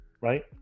right